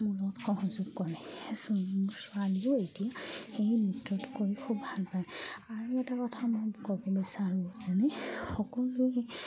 মোৰ লগত সহযোগ কৰে ছোৱালীও এতিয়া সেই নৃত্যটো কৰি খুব ভাল পায় আৰু এটা কথা মই ক'ব বিচাৰোঁ যেনে সকলোৱে